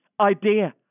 Idea